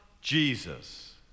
Jesus